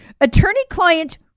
attorney-client